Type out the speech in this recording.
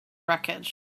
wreckage